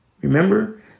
Remember